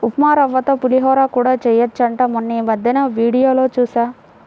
ఉప్మారవ్వతో పులిహోర కూడా చెయ్యొచ్చంట మొన్నీమద్దెనే వీడియోలో జూశా